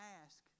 ask